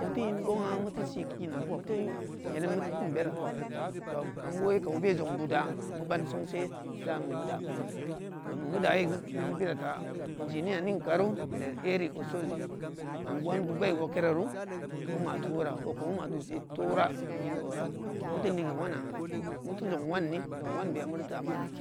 Meu teu in gong’a meu teu si kina meu teu in melem meu teu keun berh tooh amu woi kou meu be zong budda meu ban sangse za nu meu da kunu tooh nu’ meu deye geu bid meu bira ta engineer ning karu idari eric osohji anguwan dubai wok kere ru meu ma tu wora o kou meu ma tu zed torah keu in ora meu teu ligeu wana meu teu zong wanne zong wanbene muti ta mana